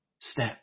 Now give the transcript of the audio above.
step